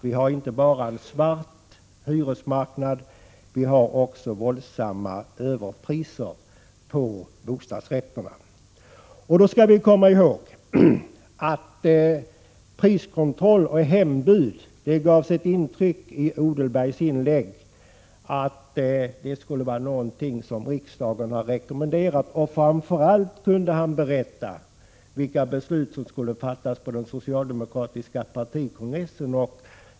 Vi har inte bara en svart hyresmarknad. Vi har också våldsamma överpriser på bostadsrätterna. Det gavs i Odenbergs inlägg intryck av att priskontroll och hembud skulle vara något som riksdagen har rekommenderat. Han kunde dessutom berätta vilka beslut som skulle fattas på den socialdemokratiska partikongressen.